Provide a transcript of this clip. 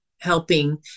helping